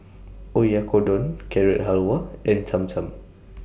Oyakodon Carrot Halwa and Cham Cham